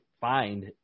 find